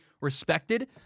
respected